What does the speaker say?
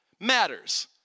matters